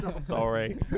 Sorry